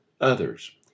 others